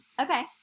Okay